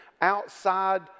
outside